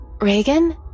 Reagan